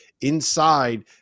inside